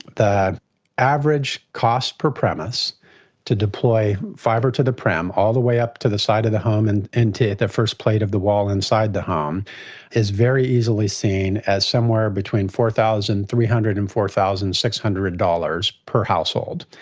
the average cost per premise to deploy fibre-to-the-prem all the way up to the side of the home and into the first plate of the wall inside the home is very easily seen as somewhere between four thousand three hundred dollars and four thousand six hundred dollars per household.